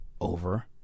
over